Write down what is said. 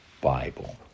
Bible